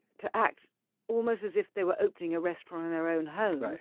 to act almost as if they were opening a restaurant in their own home.